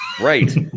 Right